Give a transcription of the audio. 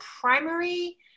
primary